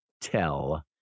tell